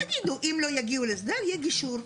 תגידו שאם לא יגיעו להסדר, יהיה גישור.